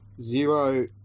zero